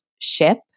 Ship